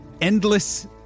endless